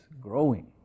growing